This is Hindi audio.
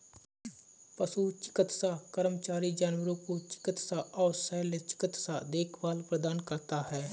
पशु चिकित्सा कर्मचारी जानवरों को चिकित्सा और शल्य चिकित्सा देखभाल प्रदान करता है